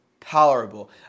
tolerable